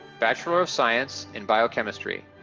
bachelor of science in. biochemistry